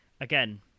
again